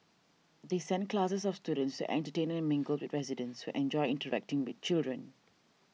they send classes of students to entertain and mingle with residents enjoy interacting with the children